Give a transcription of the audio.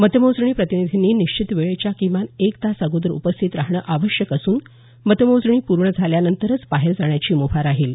मतमोजणी प्रतिनिधींनी निश्चित वेळेच्या किमान एक तास अगोदर उपस्थित राहणे आवश्यक असून मतमोजणी पूर्ण झाल्यानंतरच बाहेर जाण्याची मुभा राहील